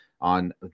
on